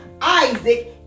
Isaac